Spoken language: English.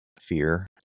fear